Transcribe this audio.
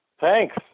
Thanks